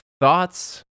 thoughts